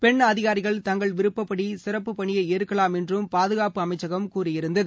பெண் அதிகாரிகள் தங்கள் விருப்பப்படி சிறப்பு பணியை ஏற்கலாம் என்றும் பாதுகாப்பு அமைச்சகம் கூறியிருந்தது